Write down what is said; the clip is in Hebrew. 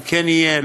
אם כן יהיה,